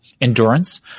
endurance